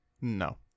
No